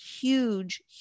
huge